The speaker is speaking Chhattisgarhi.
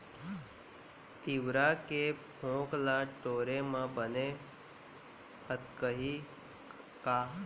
तिंवरा के फोंक ल टोरे म बने फदकही का?